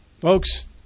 Folks